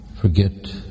forget